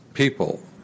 people